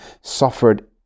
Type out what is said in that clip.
suffered